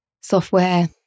software